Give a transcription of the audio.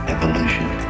Evolution